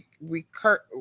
recur